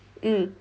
mm